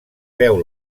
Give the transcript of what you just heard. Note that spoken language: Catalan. veu